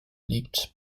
liegt